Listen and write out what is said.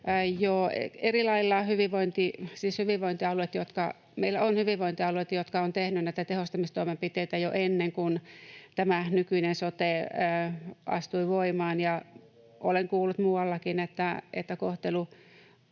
Meillä on hyvinvointialueita, jotka ovat tehneet näitä tehostamistoimenpiteitä jo ennen kuin tämä nykyinen sote astui voimaan, ja olen kuullut muuallakin, että kohtelu